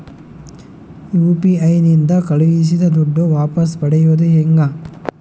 UPI ನಿಂದ ಕಳುಹಿಸಿದ ದುಡ್ಡು ವಾಪಸ್ ಪಡೆಯೋದು ಹೆಂಗ?